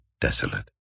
desolate